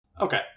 okay